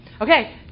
Okay